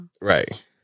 Right